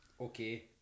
Okay